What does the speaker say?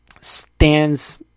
stands